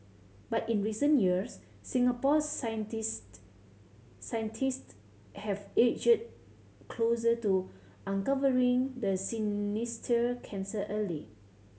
but in recent years Singapore scientist scientist have edged closer to uncovering the sinister cancer early